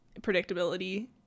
predictability